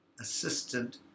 assistant